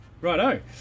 Righto